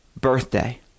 birthday